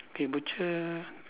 K butcher